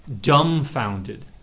dumbfounded